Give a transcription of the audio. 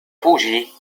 فوجي